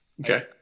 Okay